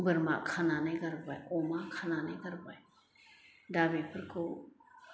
बोरमा खानानै गारबोबाय अमा खानानै गारबोबाय दा बिफोरखौ